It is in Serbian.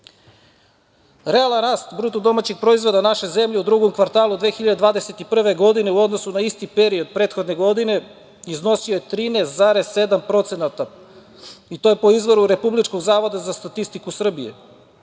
rast bruto domaćeg proizvoda u našoj zemlji u drugom kvartalu 2021. godine u odnosu na isti period prethodne godine iznosio je 13,7%, i to po izvoru Republičkog zavoda za statistiku Srbije.